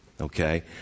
Okay